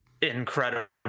incredible